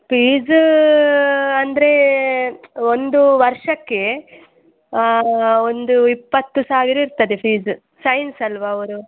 fees ಅಂದರೆ ಒಂದು ವರ್ಷಕ್ಕೆ ಒಂದು ಇಪ್ಪತ್ತು ಸಾವಿರ ಇರ್ತದೆ ಫೀಸ್ ಸೈನ್ಸ್ ಅಲ್ವಾ ಅವರು